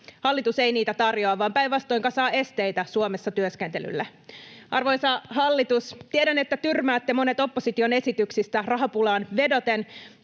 Hallitus ei niitä tarjoa, vaan päinvastoin kasaa esteitä Suomessa työskentelylle. Arvoisa hallitus, tiedän, että tyrmäätte monet opposition esityksistä rahapulaan vedoten.